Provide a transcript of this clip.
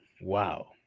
Wow